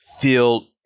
feel